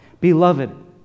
beloved